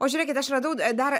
o žiūrėkit aš radau dar